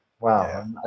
Wow